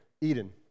Eden